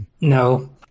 No